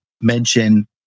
mention